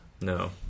No